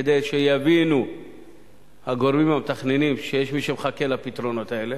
כדי שיבינו הגורמים המתכננים שיש מי שמחכה לפתרונות האלה,